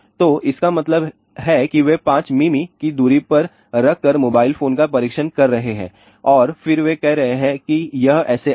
तो इसका मतलब है वे 5 मिमी की दूरी पर रखकर मोबाइल फोन का परीक्षण कर रहे हैं और फिर वे कह रहे हैं कि यह SAR वैल्यू है